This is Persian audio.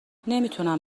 نمیتونم